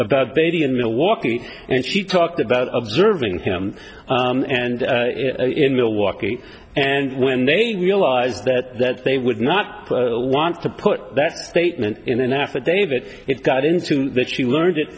about a baby in milwaukee and she talked about observing him and in milwaukee and when they realized that they would not want to put that statement in an affidavit it got into that she learned it